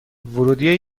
ورودی